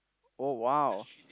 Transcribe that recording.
oh !wow!